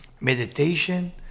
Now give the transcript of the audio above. Meditation